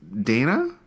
dana